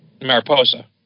Mariposa